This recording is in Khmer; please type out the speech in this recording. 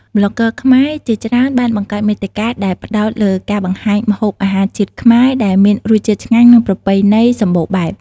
ប្លុកហ្គើខ្មែរជាច្រើនបានបង្កើតមាតិកាដែលផ្ដោតលើការបង្ហាញម្ហូបអាហារជាតិខ្មែរដែលមានរសជាតិឆ្ងាញ់និងប្រពៃណីសម្បូរបែប។